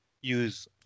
use